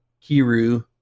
Kiru